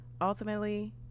ultimately